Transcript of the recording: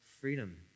freedom